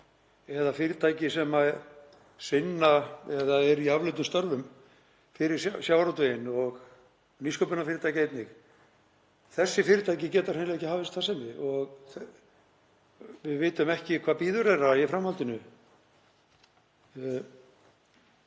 eða fyrirtæki sem eru í afleiddum störfum fyrir sjávarútveginn og nýsköpunarfyrirtæki einnig. Þessi fyrirtæki geta hreinlega ekki hafið starfsemi og við vitum ekki hvað bíður þeirra í framhaldinu.